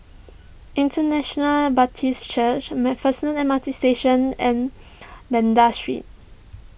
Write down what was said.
International Baptist Church MacPherson M R T Station and Banda Street